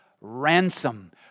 ransom